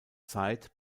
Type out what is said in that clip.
zeit